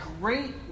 great